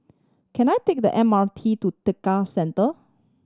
can I take the M R T to Tekka Center